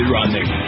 running